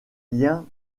liens